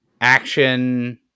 action